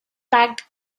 packed